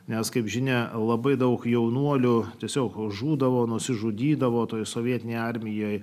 nes kaip žinia labai daug jaunuolių tiesiog žūdavo nusižudydavo toje sovietinėje armijoje